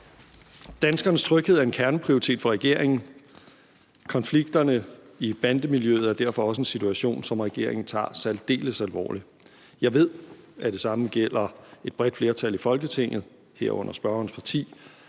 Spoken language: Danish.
Danskernes tryghed er en kerneprioritet for regeringen. Konflikterne i bandemiljøet er derfor også en situation, som regeringen tager særdeles alvorligt. Jeg ved, at det samme gælder et bredt flertal i Folketinget, herunder spørgerens parti,